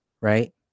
right